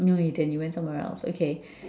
no you didn't you went somewhere else okay